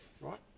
Right